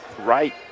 right